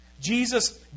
Jesus